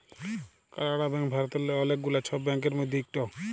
কালাড়া ব্যাংক ভারতেল্লে অলেক গুলা ছব ব্যাংকের মধ্যে ইকট